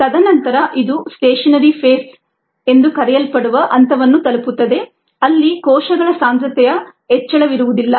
ತದನಂತರ ಇದು stationary phase ಎಂದು ಕರೆಯಲ್ಪಡುವ ಹಂತವನ್ನು ತಲುಪುತ್ತದೆ ಅಲ್ಲಿ ಕೋಶಗಳ ಸಾಂದ್ರತೆಯ ಹೆಚ್ಚಳವಿರುವುದಿಲ್ಲ